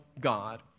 God